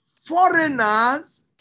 Foreigners